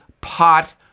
pot